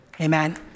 Amen